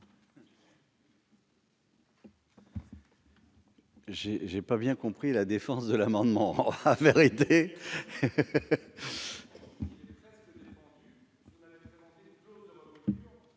Je n'ai pas bien compris la défense de l'amendement ...